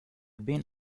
ben